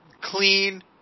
clean